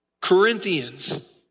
Corinthians